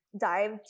dive